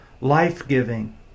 life-giving